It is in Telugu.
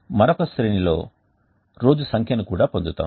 మరొక శ్రేణి లో రోజు సంఖ్యను కూడా పొందుతాము